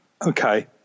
Okay